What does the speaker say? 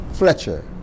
Fletcher